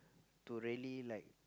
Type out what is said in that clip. to really like